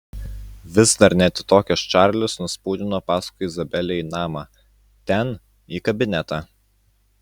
vis dar neatitokęs čarlis nuspūdino paskui izabelę į namą ten į kabinetą